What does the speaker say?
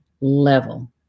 level